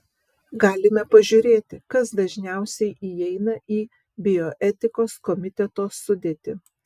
galime pažiūrėti kas dažniausiai įeina į bioetikos komiteto sudėtį